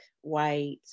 white